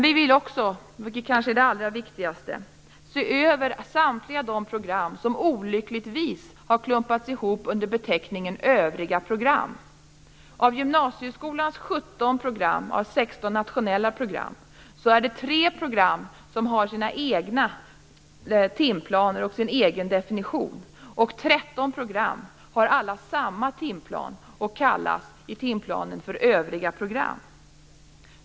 Vi vill också - vilket kanske är det allra viktigaste - se över samtliga de program som olyckligtvis har klumpats ihop under beteckningen övriga program. Av gymnasieskolans 17 program, och av 16 nationella program, är det 3 program som har sina egna timplaner och sin egen definition. 13 program har alla samma timplan och kallas övriga program.